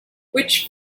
which